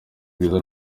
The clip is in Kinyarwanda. bwiza